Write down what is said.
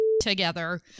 together